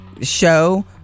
show